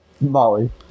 Molly